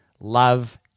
Love